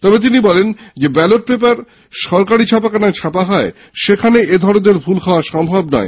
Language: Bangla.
তবে তিনি বলেন ব্যালট পেপার সরকারি ছাপাখানা ছাপা হয় সেখানে এই ধরণের ভুল হওয়া সম্ভব নয়